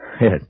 Yes